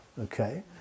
okay